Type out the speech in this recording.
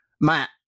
Matt